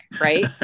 right